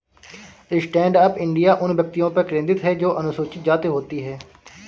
stand up India उन व्यक्तियों पर केंद्रित है जो अनुसूचित जाति होती है